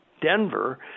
Denver